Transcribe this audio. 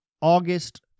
August